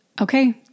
okay